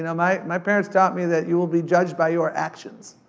and my my parent's taught me that you will be judged by your actions,